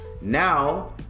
now